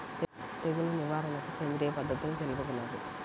తెగులు నివారణకు సేంద్రియ పద్ధతులు తెలుపగలరు?